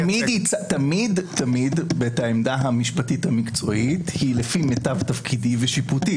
תמיד תמיד את העמדה המשפטית המקצועית לפי מיטב תפקידי ושיפוטי.